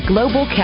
Global